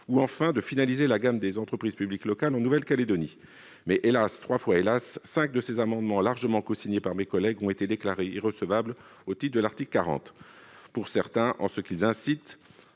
ou enfin à finaliser la gamme des entreprises publiques locales en Nouvelle-Calédonie. Hélas, trois fois hélas, cinq de ces amendements, largement cosignés par mes collègues, ont été déclarés irrecevables au titre de l'article 40 de la Constitution, pour certains parce qu'ils incitaient